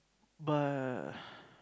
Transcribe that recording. but